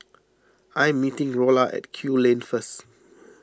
I am meeting Rolla at Kew Lane first